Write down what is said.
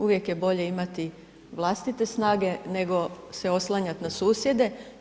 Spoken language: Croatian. Uvijek je bolje imati vlastite snage nego se oslanjati na susjede.